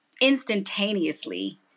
instantaneously